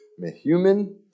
Mehuman